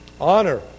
Honor